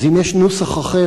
אז אם יש נוסח אחר,